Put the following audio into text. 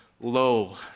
lo